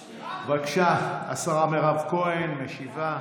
בבקשה, השרה מירב כהן משיבה.